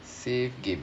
safe game